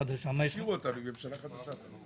השאירו אותנו עם ממשלה חדשה.